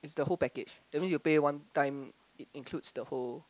is the whole package that mean you pay one time it includes the whole